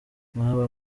nkaba